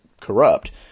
corrupt